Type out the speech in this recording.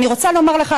אני רוצה לומר לך,